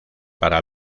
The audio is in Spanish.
para